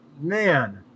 man